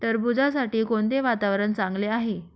टरबूजासाठी कोणते वातावरण चांगले आहे?